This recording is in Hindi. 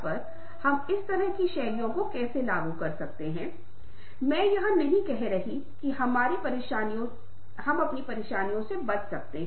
हालांकि गहन सोच और रचनात्मक सोच और समस्या को सुलझाने के कौशल आपको वहां मदद कर सकते हैं